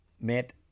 met